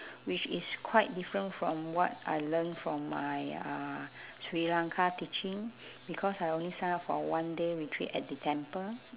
which is quite different from what I learn from my uh sri-lanka teaching because I only sign up for one day retreat at the temple